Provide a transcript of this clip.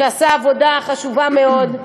שעשה עבודה חשובה מאוד,